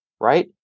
Right